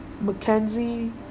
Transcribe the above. Mackenzie